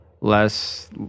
less